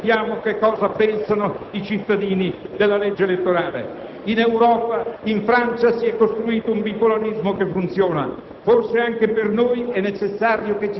sarà bene che nel *referendum* ascoltiamo che cosa pensano i cittadini della legge elettorale. In Europa, in Francia si è costruito un bipolarismo che funziona.